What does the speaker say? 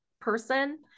person